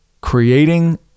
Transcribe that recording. creating